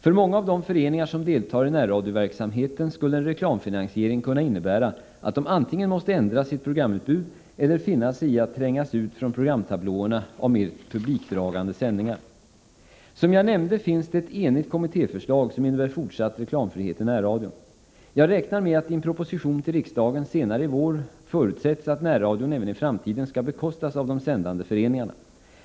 För många av de föreningar som deltar i närradioverksamheten skulle en reklamfinansiering kunna innebära att de antingen måste ändra sitt programutbud eller finna sig i att trängas ut från programtablåerna av mer publikdragande sändningar. Som jag nämnde finns det ett enigt kommittéförslag, som innebär fortsatt reklamfrihet i närradion. Jag räknar med att i en proposition till riksdagen senare i vår förutsätts att närradion även i framtiden skall bekostas av de sändande föreningarna.